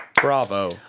Bravo